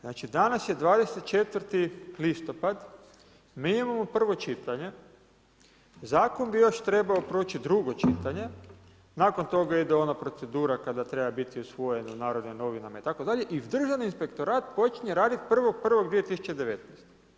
Znači danas je 24. listopada, mi imamo prvo čitanje, Zakon bi još trebao proći drugo čitanje, nakon toga ide ona procedura kada treba biti usvojen u Narodnim novinama i tako dalje, i državni inspektorat počinje raditi 1. 1. 2019.